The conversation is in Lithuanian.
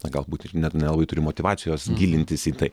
galbūt ir net nelabai turi motyvacijos gilintis į tai